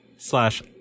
slash